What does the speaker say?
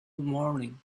morning